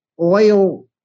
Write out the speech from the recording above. oil